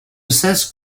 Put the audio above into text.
cesse